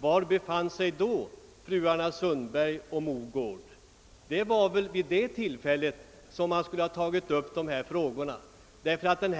Var befann sig fruarna Sundberg och Mogård då det utlåtandet behandlades? Det var väl vid det tillfället man skulle ha tagit upp debatten.